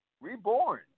Reborn